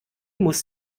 muss